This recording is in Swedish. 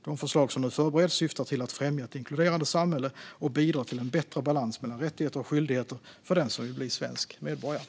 De förslag som nu förbereds syftar till att främja ett inkluderande samhälle och bidra till en bättre balans mellan rättigheter och skyldigheter för den som vill bli svensk medborgare.